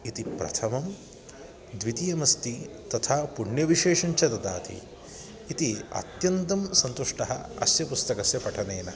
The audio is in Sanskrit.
इति प्रथमं द्वितीयमस्ति तथा पुण्यविशेषञ्च ददाति इति अत्यन्तं सन्तुष्टः अस्य पुस्तकस्य पठनेन